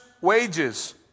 wages